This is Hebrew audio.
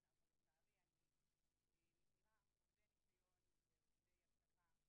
הבינתחומי ובפורום של אכיפת זכויות עובדים.